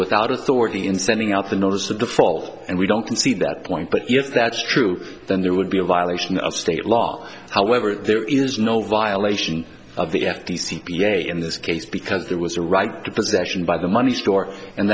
without authority in sending out the notice of default and we don't concede that point but yes that's true then there would be a violation of state law however there is no violation of the f t c be a in this case because there was a right to possession by the money store and